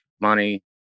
money